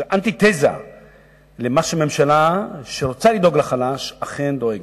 זה אנטיתזה למה שממשלה שרוצה לדאוג לחלש אכן דואגת.